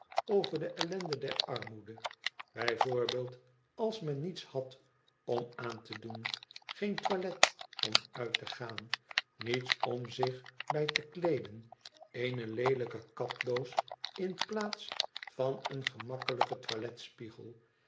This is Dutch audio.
over de ellende der armoede bij voorbeeld ah men niets had om aan te doen geen toilet om uit te gaan niets om zich bij te kleeden eene leelijke kapdoos in plaats van een gemakkelijken